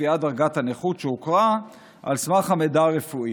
קביעת דרגת הנכות שהוכרה על סמך המידע הרפואי.